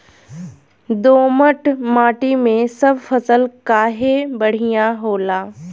दोमट माटी मै सब फसल काहे बढ़िया होला?